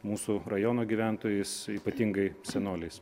mūsų rajono gyventojais ypatingai senoliais